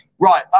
Right